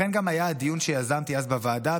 לכן גם היה הדיון שיזמתי אז בוועדה,